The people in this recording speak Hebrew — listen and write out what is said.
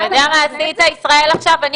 אתה יודע מה עשית עכשיו, ישראל?